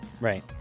right